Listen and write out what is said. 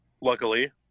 luckily